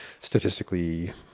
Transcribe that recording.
statistically